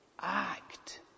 act